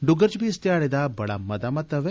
डुग्गर च बी इस ध्याड़े दा बड़ा मता महत्व ऐ